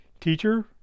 Teacher